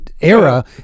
era